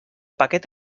paquet